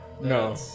No